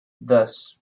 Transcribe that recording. thus